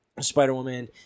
Spider-Woman